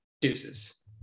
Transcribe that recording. Deuces